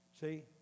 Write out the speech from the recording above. See